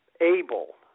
able